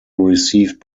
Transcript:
received